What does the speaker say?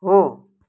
हो